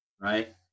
Right